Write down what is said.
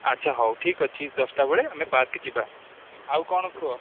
ଆଚ୍ଛା ହଉ ଠିକ୍ ଅଛି ଦଶଟା ବେଳେ ଆମେ ପାର୍କ ଯିବା ଆଉ କ'ଣ କୁହ